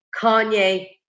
Kanye